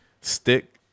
stick